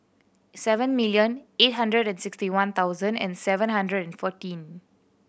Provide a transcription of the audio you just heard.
seven million eight hundred and sixty one thousand and seven hundred and fourteen